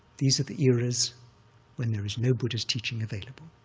these are the eras when there is no buddhist teaching available,